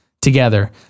together